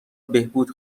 بهبود